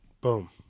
Boom